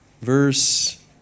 verse